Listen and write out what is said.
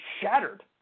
shattered